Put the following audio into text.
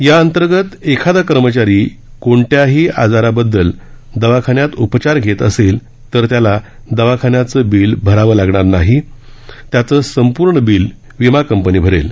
याअंतर्गत एखादा कर्मचारी कोणत्याही आजाराबद्दल दवाखान्यात उपचार घेत असेल तर त्याला दवाखान्याचं बिल भरावं लागणार नसून सर्व बिल विमा कंपनी भरेल